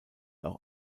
auch